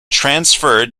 transferred